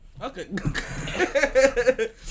Okay